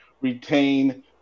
retain